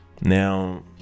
Now